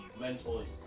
mentors